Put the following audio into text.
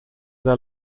der